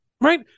right